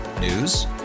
News